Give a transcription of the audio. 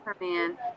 man